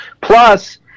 Plus